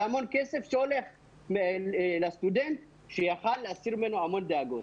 המון כסף שהולך מהסטודנט שיכול היה להסיר ממנו המון דאגות.